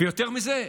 ויותר מזה,